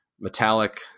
metallic